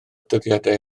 dyddiadau